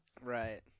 Right